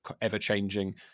ever-changing